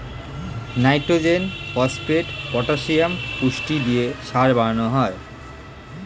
nitrogen, phosphate, potassium পুষ্টি দিয়ে সার বানানো হয়